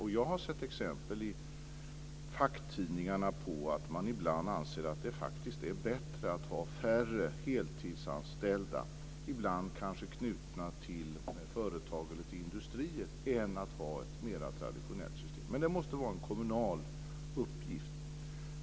Och jag har sett exempel i facktidningarna att man ibland anser att det faktiskt är bättre att ha färre heltidsanställda som ibland kanske är knutna till företag eller industrier än att ha ett mer traditionellt system. Men det måste vara en kommunal uppgift.